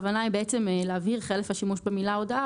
הכוונה היא להבהיר חלף השימוש במילה הודאה,